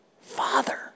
father